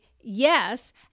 yes